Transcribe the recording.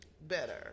better